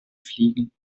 fliegen